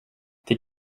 did